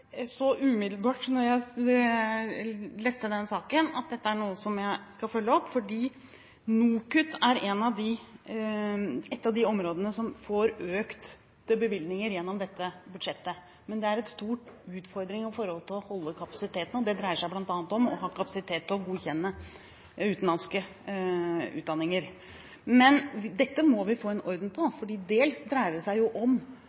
så umiddelbart, da jeg leste den saken, at dette er noe jeg skal følge opp. NOKUT er et av de organene som får økte bevilgninger gjennom dette budsjettet, men det er en stor utfordring å holde kapasiteten oppe, og det dreier seg bl.a. om å ha kapasitet til å godkjenne utenlandske utdanninger. Dette må vi få en orden på, for dels dreier det seg om